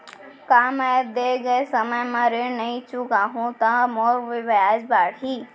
का मैं दे गए समय म ऋण नई चुकाहूँ त मोर ब्याज बाड़ही?